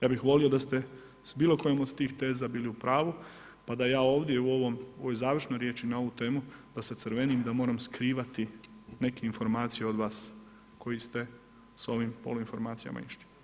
Ja bih volio da ste s bilo kojom od tih teza bili upravu pa da ja ovdje u ovoj završnoj riječi na ovu temu da se crvenim da moram skrivati neke informacije od vas koji ste s ovim poluinformacijama išli.